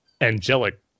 angelic